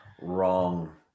Wrong